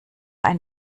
ein